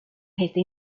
gesta